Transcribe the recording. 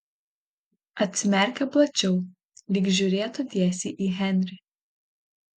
atsimerkė plačiau lyg žiūrėtų tiesiai į henrį